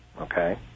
Okay